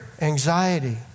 anxiety